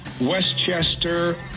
Westchester